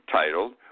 titled